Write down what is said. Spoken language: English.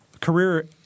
Career